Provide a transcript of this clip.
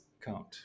count